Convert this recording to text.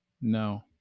No